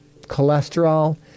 cholesterol